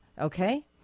okay